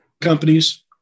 companies